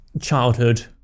childhood